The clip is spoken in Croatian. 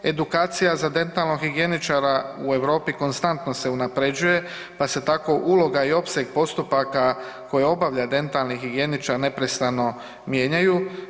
Edukacija za dentalnog higijeničara u Europi konstantno se unapređuje pa se tako uloga i opseg postupaka koje obavlja dentalni higijeničar neprestano mijenjaju.